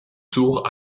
tour